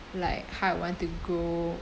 like how I want to grow